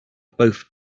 both